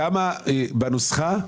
בנוסחה,